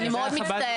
אני מאוד מצטערת.